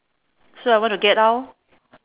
so I want to get out lor